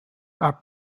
are